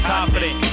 Confident